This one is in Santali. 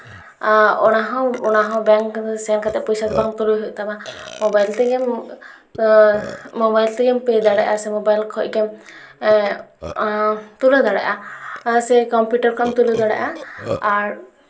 ᱚᱱᱟ ᱦᱚᱸ ᱚᱱᱟ ᱦᱚᱸ ᱵᱮᱝᱠ ᱨᱮ ᱥᱮᱱ ᱠᱟᱛᱮ ᱯᱚᱭᱥᱟ ᱫᱚ ᱵᱟᱝ ᱛᱩᱞᱟᱹᱣ ᱦᱩᱭᱩᱜ ᱛᱟᱢᱟ ᱢᱳᱵᱟᱭᱤᱞ ᱛᱮᱜᱮ ᱢᱳᱵᱟᱭᱤᱞ ᱛᱮᱜᱮᱢ ᱯᱮ ᱫᱟᱲᱮᱭᱟᱜᱼᱟ ᱥᱮ ᱢᱳᱵᱟᱭᱤᱞ ᱠᱷᱚᱡ ᱜᱮᱢ ᱛᱩᱞᱟᱹᱣ ᱫᱟᱲᱮᱭᱟᱜᱼᱟ ᱥᱮ ᱠᱚᱢᱯᱤᱭᱩᱴᱟᱨ ᱠᱷᱚᱡ ᱮᱢ ᱛᱩᱞᱟᱹᱣ ᱫᱟᱲᱮᱭᱟᱜᱼᱟ ᱟᱨ